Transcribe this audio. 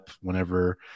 whenever